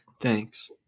Thanks